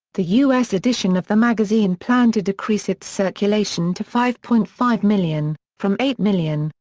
the u s. edition of the magazine planned to decrease its circulation to five point five million, from eight million,